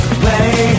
play